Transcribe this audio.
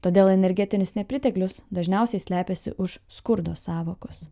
todėl energetinis nepriteklius dažniausiai slepiasi už skurdo sąvokos